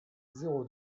zéro